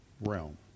realm